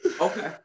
Okay